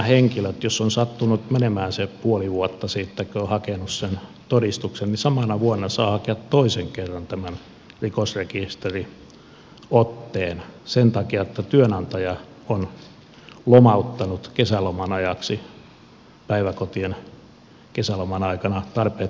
sitten jos on sattunut menemään se puoli vuotta siitä kun on hakenut sen todistuksen niin samana vuonna nämä henkilöt saavat hakea toisen kerran tämän rikosrekisteriotteen sen takia että työnantaja on lomauttanut kesäloman ajaksi päiväkotien kesäloman aikana tarpeettomat työntekijät